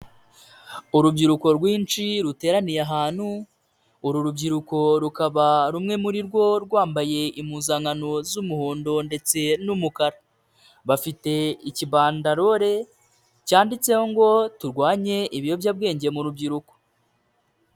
Urubyiruko rwinshi ruteraniye ahantu, uru rubyiruko rukaba rumwe muri rwo rwambaye impuzankano z'umuhondo ndetse n'umukara, bafite ikibandarore cyanditseho ngo turwanye ibiyobyabwenge mu rubyiruko.